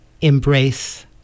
embrace